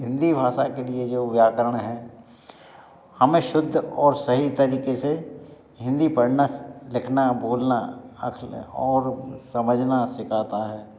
हिन्दी भाषा के लिए जो व्याकरण है हमें शुद्ध और सही तरीके से हिन्दी पढ़ना लिखना बोलना और समझना सिखाता है